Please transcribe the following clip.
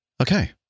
Okay